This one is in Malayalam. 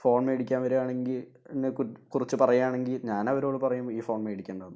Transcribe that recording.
ഫോൺ മേടിക്കാൻ വരികയാണെങ്കിൽ ഇതിനെ കുറിച്ച് പറയാനാണെങ്കിൽ ഞാൻ അവരോട് പറയും ഈ ഫോൺ മേടിക്കണ്ടാന്ന്